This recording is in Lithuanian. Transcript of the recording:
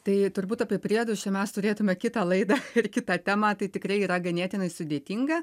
tai turbūt apie priedus čia mes turėtume kitą laidą ir kitą temą tai tikrai yra ganėtinai sudėtinga